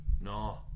No